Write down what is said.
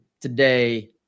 today